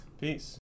Peace